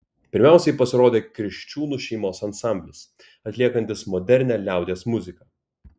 pirmiausiai pasirodė kriščiūnų šeimos ansamblis atliekantis modernią liaudies muziką